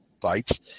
fights